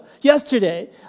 yesterday